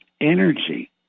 energy